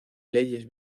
leyes